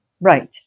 right